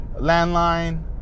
landline